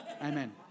Amen